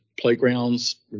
playgrounds